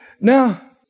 Now